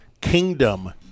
kingdom